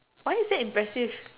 why is that impressive